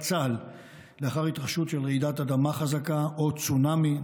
צה"ל לאחר התרחשות של רעידת אדמה חזקה או צונאמי,